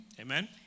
Amen